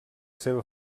seva